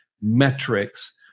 Metrics